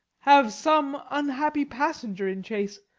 have some unhappy passenger in chase.